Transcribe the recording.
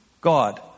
God